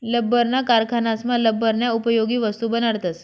लब्बरना कारखानासमा लब्बरन्या उपयोगी वस्तू बनाडतस